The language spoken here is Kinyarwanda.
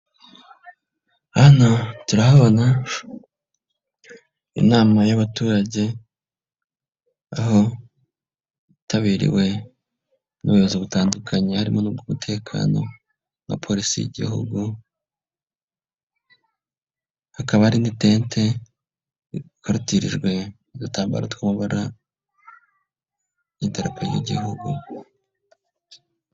Hano turahabona inama y'abaturage aho yitabiriwe n'ubuyobozi butandukanye harimo n'ubw'umutekano na polisi y'igihugu, hakaba hari n'itentente rikorotirijwe n'udutambaro tw'amabara y'idarapo ry'igihugu.